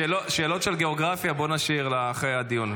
שאלות של גיאוגרפיה בואו נשאיר לאחרי הדיון,